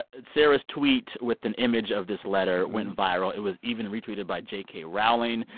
sarah's tweet with an image of this letter went viral. it was even retweeted by j k. rowling.